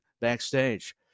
backstage